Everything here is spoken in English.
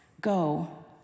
go